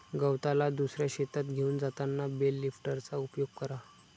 गवताला दुसऱ्या शेतात घेऊन जाताना बेल लिफ्टरचा उपयोग करा